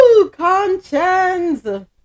Conchens